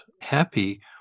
happy